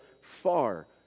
far